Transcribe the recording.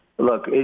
Look